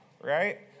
right